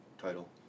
title